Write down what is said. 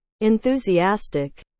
Enthusiastic